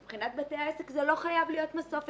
מבחינת בתי העסק זה לא חייב להיות מסוף.